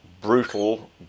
brutal